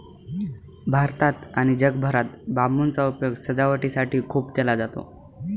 भारतात आणि जगभरात बांबूचा उपयोग सजावटीसाठी खूप केला जातो